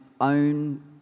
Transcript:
own